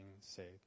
saved